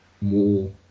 more